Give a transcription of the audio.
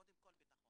קודם כל ביטחון.